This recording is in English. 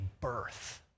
birth